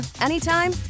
anytime